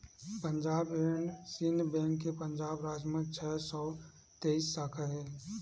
Punjab and Sind bank के पंजाब राज म छै सौ तेइस साखा हे